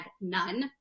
none